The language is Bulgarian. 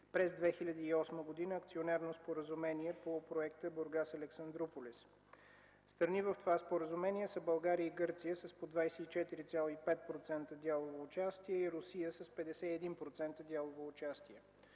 през 2008 г. Акционерно споразумение по проекта „Бургас-Александруполис”. Страни в това споразумение са България и Гърция с по 24,5% дялово участие и Русия с 51% дялово участие.